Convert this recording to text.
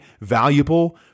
valuable